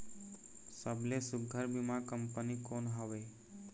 सबले सुघ्घर बीमा कंपनी कोन हवे?